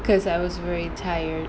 because I was very tired